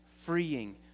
freeing